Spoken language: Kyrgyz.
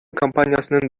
компаниясынын